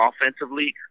offensively